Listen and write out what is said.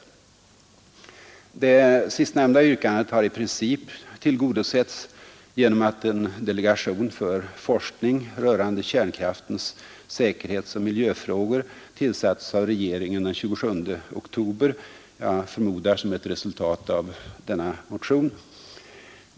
Det sistnämnda yrkandet har i princip tillgodosetts genom att en delegation för forskning rörande kärnkraftens säkerhetsoch miljöfrågor tillsatts av regeringen den 27 oktober — jag förmodar som ett resultat av vår motion.